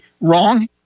wrong